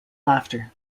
laughter